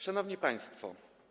Szanowni Państwo!